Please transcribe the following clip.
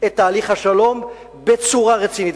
את תהליך השלום בצורה רצינית.